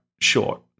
short